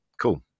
cool